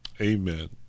Amen